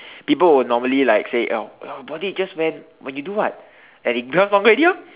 people will normally like say oh your body itches when when you do what and it become longer ready orh